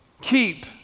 keep